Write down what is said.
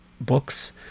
books